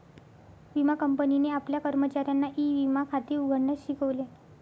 विमा कंपनीने आपल्या कर्मचाऱ्यांना ई विमा खाते उघडण्यास शिकवले